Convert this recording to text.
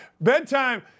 Bedtime